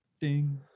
Ding